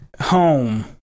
home